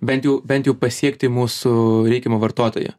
bent jau bent jau pasiekti mūsų reikiamą vartotoją